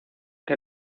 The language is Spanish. que